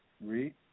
Read